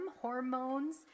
hormones